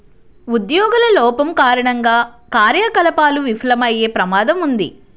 ఉద్యోగుల లోపం కారణంగా కార్యకలాపాలు విఫలమయ్యే ప్రమాదం ఉంది